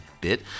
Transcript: bit